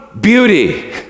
beauty